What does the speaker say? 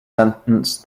sentenced